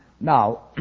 Now